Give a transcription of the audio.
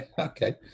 Okay